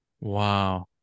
Wow